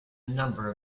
number